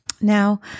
Now